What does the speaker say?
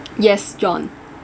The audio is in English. yes john